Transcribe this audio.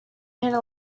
between